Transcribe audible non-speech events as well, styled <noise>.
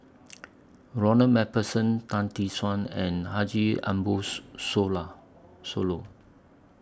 Ronald MacPherson Tan Tee Suan and Haji Ambo <unintelligible> Sooloh